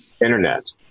internet